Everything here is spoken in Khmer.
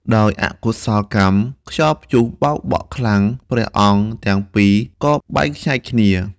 ដោយអកុសលកម្ម ខ្យល់ព្យុះបោកបក់ខ្លាំង ព្រះអង្គទាំងពីរក៏បែកខ្ញែកគ្នា។